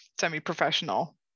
semi-professional